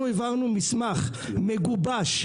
אנחנו העברנו מסמך מגובש,